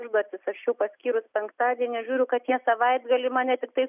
užduotis aš jau paskyrus penktadienį žiūriu kad jie savaitgalį mane tiktai